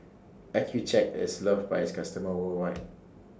Accucheck IS loved By its customers worldwide